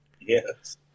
Yes